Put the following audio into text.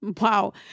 wow